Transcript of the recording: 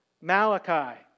Malachi